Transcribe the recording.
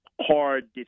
hard